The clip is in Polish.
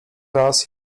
raz